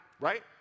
right